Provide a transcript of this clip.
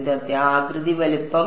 വിദ്യാർത്ഥി ആകൃതി വലിപ്പം